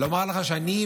לומר לך שאני,